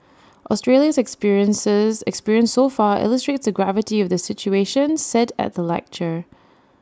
Australia's experiences experience so far illustrates the gravity of the situation said at the lecture